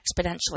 exponentially